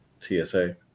tsa